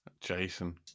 Jason